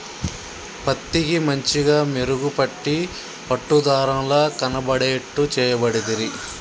పత్తికి మంచిగ మెరుగు పెట్టి పట్టు దారం ల కనబడేట్టు చేయబడితిరి